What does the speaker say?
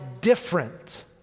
different